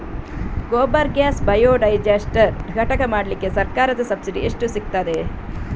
Gobar gas biodigester ಘಟಕ ಮಾಡ್ಲಿಕ್ಕೆ ಸರ್ಕಾರದ ಸಬ್ಸಿಡಿ ಎಷ್ಟು ಸಿಕ್ತಾದೆ?